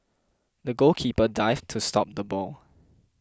the goalkeeper dived to stop the ball